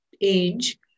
age